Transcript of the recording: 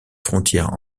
frontières